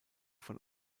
von